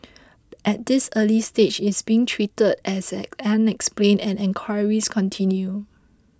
at this early stage it's being treated as unexplained and enquiries continue